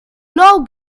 know